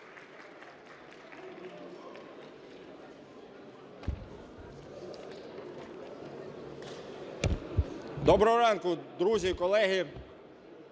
Доброго ранку друзі, колеги!